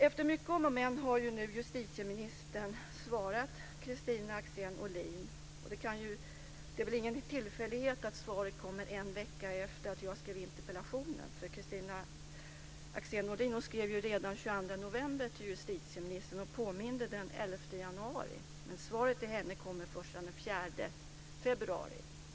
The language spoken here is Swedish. Efter mycket om och men har nu justitieministern svarat Kristina Axén Olin. Det är väl ingen tillfällighet att svaret kom en vecka efter det att jag skrev interpellationen. Kristina Axén Olin skrev redan den 11 januari. Svaret till henne kom först den 4 februari.